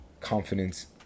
Confidence